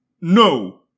no